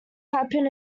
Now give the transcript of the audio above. happen